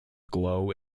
glow